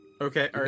Okay